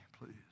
please